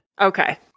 Okay